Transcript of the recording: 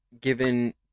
given